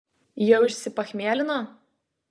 jau išsipachmielino